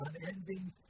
unending